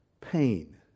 pain